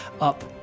up